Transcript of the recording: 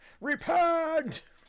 Repent